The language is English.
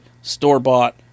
Store-bought